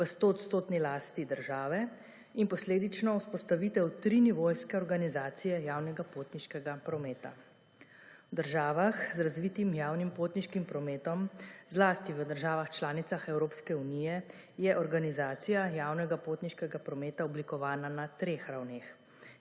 v 100-odstotni lasti države in posledično vzpostavitev 3-nivojske organizacije javnega potniškega prometa. V državah z razvitim javnim potniškim prometom, zlasti v državah članicah Evropske unije je organizacija javnega potniškega prometa oblikovana na 3 ravneh,